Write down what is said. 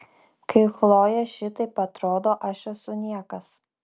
kai chlojė šitaip atrodo aš esu niekas